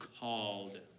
called